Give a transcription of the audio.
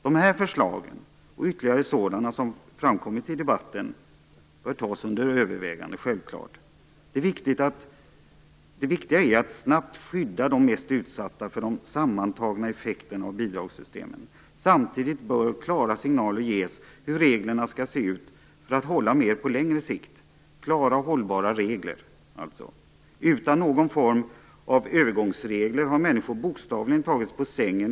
De här förslagen, och ytterligare sådana som framkommit i debatten, bör tas under övervägande, det är självklart. Det viktiga är att snabbt skydda de mest utsatta hushållen för de sammantagna effekterna av bidragssystemen. Samtidigt bör klara signaler ges för hur reglerna skall se ut för att hålla på längre sikt. Det handlar alltså om klara och hållbara regler. Utan någon form av övergångsregler har människor bokstavligen tagits på sängen.